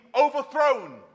overthrown